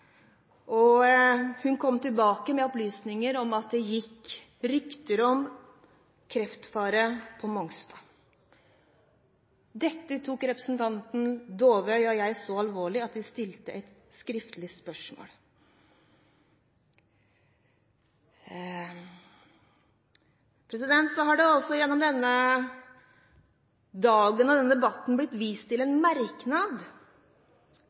Hun kom tilbake med opplysninger om at det gikk rykter om kreftfare på Mongstad. Dette tok representanten Dåvøy og jeg så alvorlig at vi stilte et skriftlig spørsmål. Så har det gjennom denne dagen og denne debatten blitt vist til